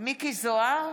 מכלוף מיקי זוהר,